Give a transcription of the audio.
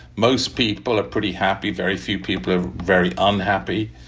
most people are pretty happy. very few people are very unhappy.